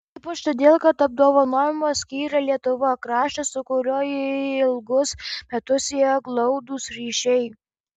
ypač todėl kad apdovanojimą skyrė lietuva kraštas su kuriuo jį ilgus metus sieja glaudūs ryšiai